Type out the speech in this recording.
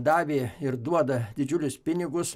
davė ir duoda didžiulius pinigus